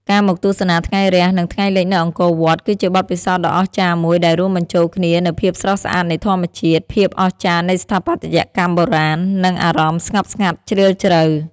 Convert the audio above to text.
ការមកទស្សនាថ្ងៃរះ និងថ្ងៃលិចនៅអង្គរវត្ត គឺជាបទពិសោធន៍ដ៏អស្ចារ្យមួយដែលរួមបញ្ចូលគ្នានូវភាពស្រស់ស្អាតនៃធម្មជាតិ ភាពអស្ចារ្យនៃស្ថាបត្យកម្មបុរាណ និងអារម្មណ៍ស្ងប់ស្ងាត់ជ្រាលជ្រៅ។